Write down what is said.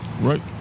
right